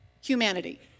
humanity